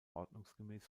ordnungsgemäß